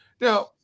Now